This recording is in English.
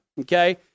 okay